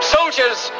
Soldiers